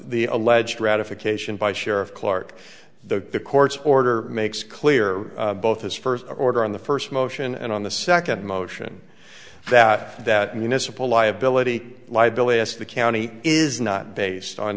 the alleged ratification by share of clark the court's order makes clear both his first order on the first motion and on the second motion that that municipal liability liability as the county is not based on